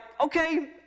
Okay